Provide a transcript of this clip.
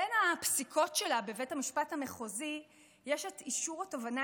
בין הפסיקות שלה בבית המשפט המחוזי יש אישור התובענה